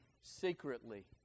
secretly